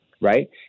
right